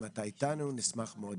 אם אתה איתנו נשמח מאוד